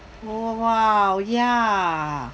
oh !wow! yeah